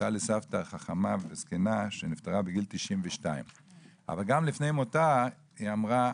הייתה לי סבתא חכמה וזקנה שנפטרה בגיל 92. אבל גם לפני מותה היא אמרה: